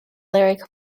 lyric